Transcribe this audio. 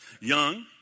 young